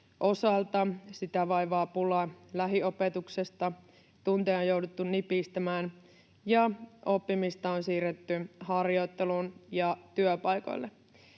koulutusta vaivaa pula lähiopetuksesta. Tunteja on jouduttu nipistämään, ja oppimista on siirretty harjoitteluun ja työpaikoille.